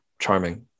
charming